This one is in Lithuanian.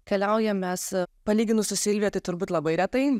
keliaujam mes palyginus su silvija tai turbūt labai retai